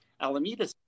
Alameda